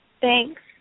Thanks